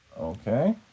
Okay